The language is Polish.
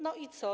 No i co?